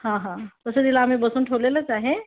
हा हा तसं तिला आम्ही बसवून ठेवलेलंच आहे